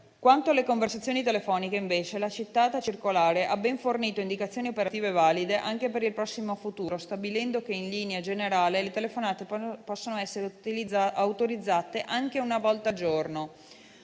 Quanto alle conversazioni telefoniche, invece, la citata circolare ha ben fornito indicazioni operative valide anche per il prossimo futuro, stabilendo che in linea generale le telefonate possono essere autorizzate anche una volta al giorno,